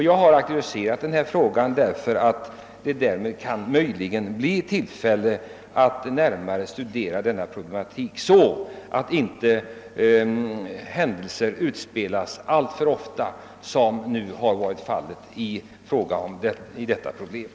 Jag har aktualiserat denna fråga för att möjliggöra ett närmare studium av denna problematik, vilket skulle kunna resultera i att händelser av våldskaraktär inte behöver utspelas, vilket tyvärr har skett.